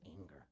anger